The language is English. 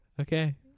Okay